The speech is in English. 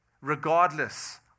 Regardless